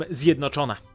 zjednoczona